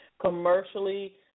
Commercially